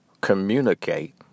communicate